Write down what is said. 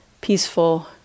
peaceful